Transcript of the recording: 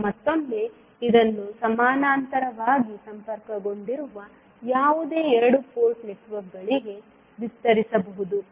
ಈಗ ಮತ್ತೊಮ್ಮೆ ಇದನ್ನು ಸಮಾನಾಂತರವಾಗಿ ಸಂಪರ್ಕಗೊಂಡಿರುವ ಯಾವುದೇ ಎರಡು ಪೋರ್ಟ್ ನೆಟ್ವರ್ಕ್ಗಳಿಗೆ ವಿಸ್ತರಿಸಬಹುದು